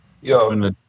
Yo